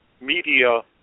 media